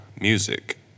music